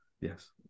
yes